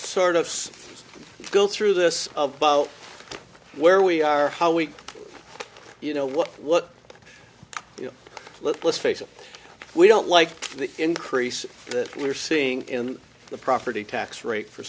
sort of go through this of where we are how we you know what what you know let's face it we don't like the increase that we're seeing in the property tax rate for